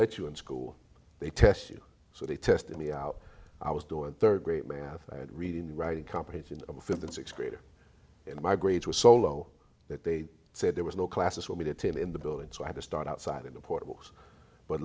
let you in school they test you so they tested me out i was doing third grade math and reading writing comprehension of a fifth and sixth grader and my grades were so low that they said there was no classes will be detained in the building so i had to start outside in the portables but